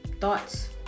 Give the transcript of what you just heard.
thoughts